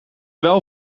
wel